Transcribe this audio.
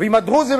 אם הדרוזים,